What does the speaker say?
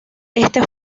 este